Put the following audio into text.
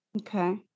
Okay